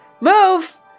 Move